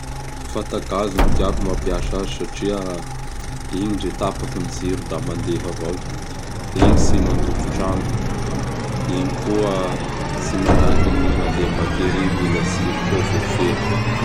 Fatagazy ny tiako mapiasa azy satria igny ndre tapaky gny jiro da mandeha avao. Igny tsy mandoto trano; ini koa tsy manaky mandea batery mila jiro koa vô ho feno.